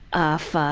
off,